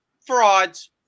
frauds